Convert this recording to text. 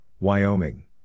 Wyoming